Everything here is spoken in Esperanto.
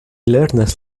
lernas